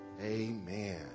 amen